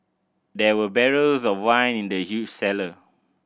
there were barrels of wine in the huge cellar